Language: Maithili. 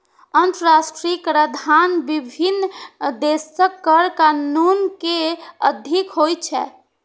अंतरराष्ट्रीय कराधान विभिन्न देशक कर कानून के अधीन होइ छै